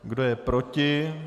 Kdo je proti?